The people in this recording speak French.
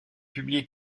publié